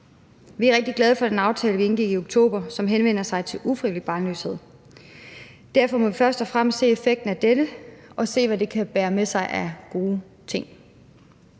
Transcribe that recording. Vi er rigtig glade for den aftale, vi indgik i oktober, som handler om ufrivillig barnløshed. Derfor må vi først og fremmest se effekten af denne og se, hvad det kan bære med sig af gode ting.